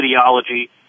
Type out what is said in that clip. ideology